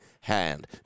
hand